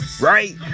Right